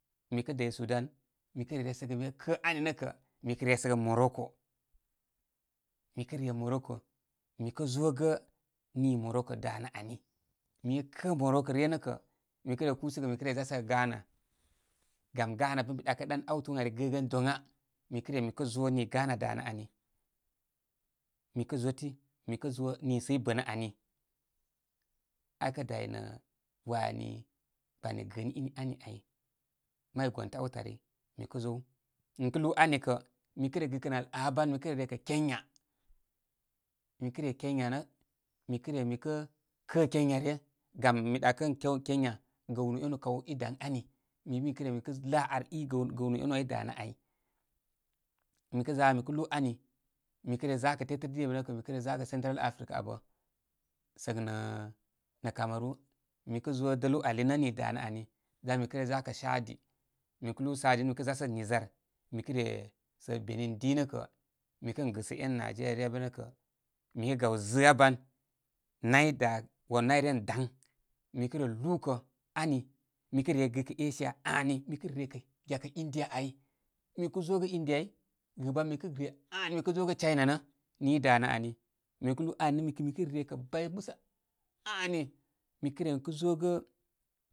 Mi kə dəy su dan, mi re resəgə, mi kə kə ani nə kə mi kə re resəgə moroko. Mi kə re moroko mi kə zógə nii moroko danə ani. Mi kə kə moroko ryə nə kə mi kə re kúsəgə mi re za səgə ghana. Gam ghana kə mi ɗaɗan áwtən ari gəgən doŋa. Mikə re mi kə zo ni ghana danə ani. Mi kə zotimi kə zo niisə i bənə ani. Akə day nə wani kpani gəəni in ani ay. May gontə áwtə ari. Mi kə zow. Mi kə lúú ani kə mi re gɨkə nə al aa ban mi kə re rekə kenya. Mi kə re kenya nə mi kə re mikə kə kenya ryə. Gam mi ɗakə ən kew kenya gawnúú énu kaw i da ən ani. Mi bə mi kə re mi kə laa ar i gəw, gəw núú énú ai i danə ai. Mi kə za mi kə lúú ani mi kə re za kə tétə dibə nə kə mi kə re zakə central africa abə, səg nə camaru mi kə zo dəl wow ali nə ni danə ani dan mi kə re zakə shadi, mi lúú shadi nə mi kə re zasəgə niger mi re sə binin di nə kə, mi kən gɨsə én nigeria ryə bə nə kə, mikə gaw zəə á ban. Nay da, wan nayrə an daŋ. Mi kə re lúúkə ani mi re gɨkə asia aa ni mi kə re re kə gyakə india ai. Mikə zo gə india ai. Gɨban mi kə re aa ni mi kə zo gə chinai nə ni i danə ani. Mi lúú aani nə mi kə re rekə bay musə aa ni, mikə re mikə zogə.